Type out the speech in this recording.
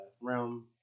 realm